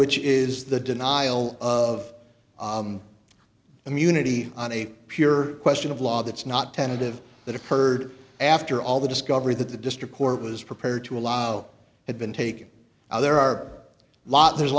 which is the denial of immunity on a pure question of law that's not tentative that occurred after all the discovery that the district court was prepared to allow had been taken out there are a lot there's